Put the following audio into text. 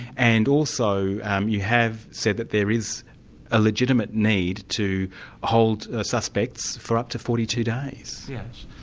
and also um you have said that there is a legitimate need to hold suspects for up to forty two days. yes.